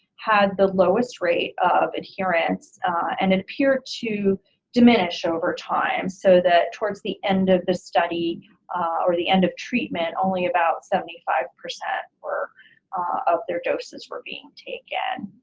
had the lowest rate of adherence and it appeared to diminish over time so that towards the end of the study or the end of treatment only about seventy five percent of their doses were being taken.